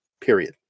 period